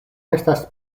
estas